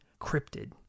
cryptid